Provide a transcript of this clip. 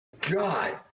God